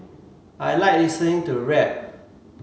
I like listening to rap